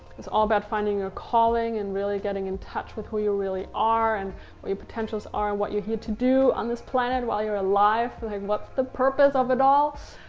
it's all about finding your calling and really getting in touch with who you really are and what your potentials are and what you need to do on this planet while you're alive what's the purpose of it all?